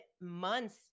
months